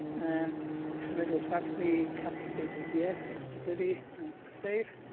and render automatically, campaign status yes, ready, and save.